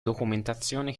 documentazione